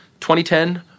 2010